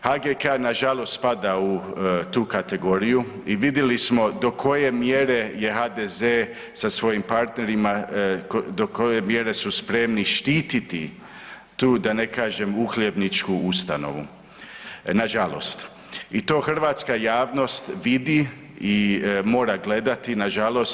HGK-a na žalost spada u tu kategoriju i vidjeli smo do koje mjere je HDZ-e sa svojim partnerima do koje mjere su spremni štititi tu da ne kažem uhljebničku ustanovu na žalost i to hrvatska javnost vidi i mora gledati na žalost.